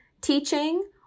teaching